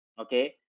Okay